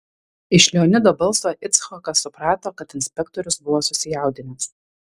iš leonido balso icchokas suprato kad inspektorius buvo susijaudinęs